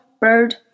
bird